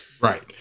Right